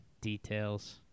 Details